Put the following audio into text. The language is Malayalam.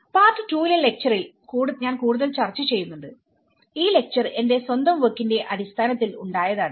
പാർട്ട് 2 ലെ ലെക്ച്ചറിൽഞാൻ കൂടുതൽ ചർച്ച ചെയ്യുന്നുണ്ട് ഈ ലെക്ചർ എന്റെ സ്വന്തം വർക്കിന്റെഅടിസ്ഥാനത്തിൽ ഉണ്ടായതാണ്